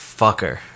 fucker